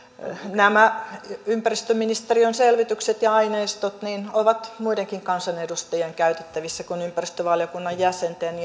nämä ympäristöministeriön selvitykset ja aineistot ovat muidenkin kansanedustajien käytettävissä kuin ympäristövaliokunnan jäsenten